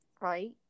right